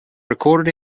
recorded